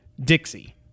Dixie